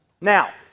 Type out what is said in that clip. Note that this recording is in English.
Now